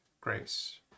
grace